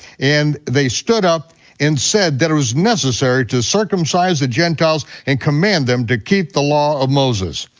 and they stood up and said that it was necessary to circumcise the gentiles and command them to keep the law of moses.